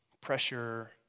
pressure